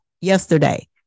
yesterday